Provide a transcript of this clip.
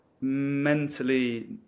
Mentally